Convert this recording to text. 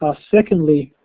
ah secondly,